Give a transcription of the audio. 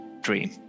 dream